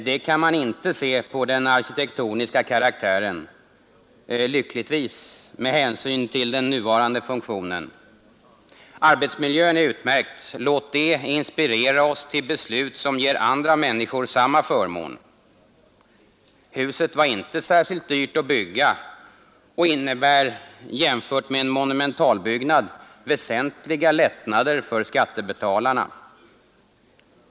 Det kan man inte se på den arkitektoniska karaktären — lyckligtvis, med hänsyn till den nuvarande funktionen. Arbetsmiljön är utmärkt. Låt det inspirera oss till beslut som ger andra människor samma förmån. Huset var inte särskilt dyrt att bygga och innebär, jämfört med en monumentalbyggnad, väsentliga lättnader för skattebetalarna.